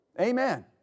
Amen